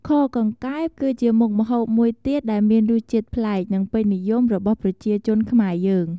ខកង្កែប គឺជាមុខម្ហូបមួយទៀតដែលមានរសជាតិប្លែក និងពេញនិយមរបស់ប្រជាជនខ្មែរយើង។